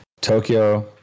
tokyo